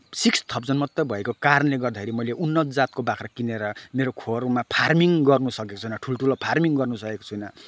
six thousand मात्रै भएको कारणले गर्दाखेरि मैले उन्नत जातको बाख्रा किनेर मेरो खोरमा फार्मिङ गर्नसकेको छैन ठुल्ठुलो फार्मिङ गर्नसकेको छैन